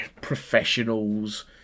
professionals